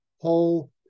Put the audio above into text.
whole